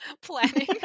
planning